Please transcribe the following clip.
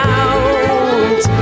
out